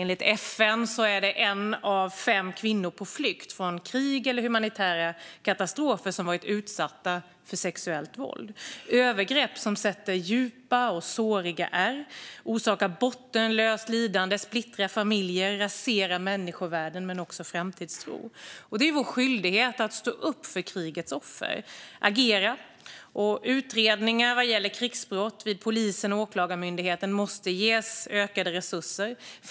Enligt FN har en av fem kvinnor på flykt från krig eller humanitära katastrofer varit utsatta för sexuellt våld. Det är övergrepp som sätter djupa och såriga ärr, orsakar bottenlöst lidande, splittrar familjer och raserar människovärdet och framtidstron. Det är vår skyldighet att stå upp för krigets offer och agera. Utredningar vad gäller krigsbrott vid polisen och Åklagarmyndigheten måste ges ökade resurser.